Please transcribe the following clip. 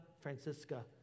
francisca